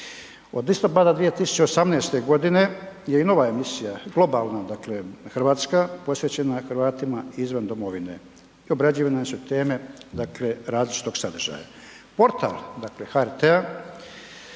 Od listopada 2018. godine je i nova emisija dakle hrvatska posvećena Hrvatima izvan domovine, obrađivane su teme različitog sadržaja. Portal HRT-a